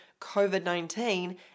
COVID-19